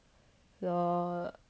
your